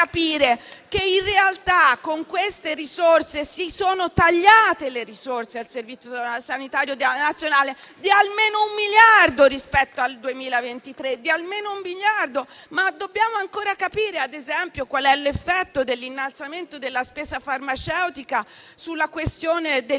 che, in realtà, con queste risorse si sono tagliate le risorse al Servizio sanitario nazionale di almeno un miliardo rispetto al 2023, almeno un miliardo! E dobbiamo ancora capire, ad esempio, qual è l'effetto dell'innalzamento della spesa farmaceutica sulla questione del *payback*,